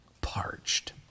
parched